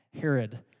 Herod